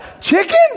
Chicken